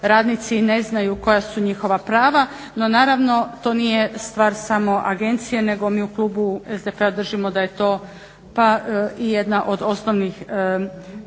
radnici ne znaju koja su njihova prava. No naravno, to nije stvar samo agencije, nego mi u klubu SDP-a držimo da je to pa i jedna od osnovnih